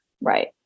Right